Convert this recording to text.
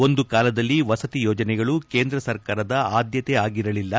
ಒಂದು ಕಾಲದಲ್ಲಿ ವಸತಿ ಯೋಜನೆಗಳು ಕೇಂದ್ರ ಸರ್ಕಾರದ ಆದ್ಲತೆ ಆಗಿರಲಿಲ್ಲ